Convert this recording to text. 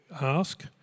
ask